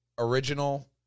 Original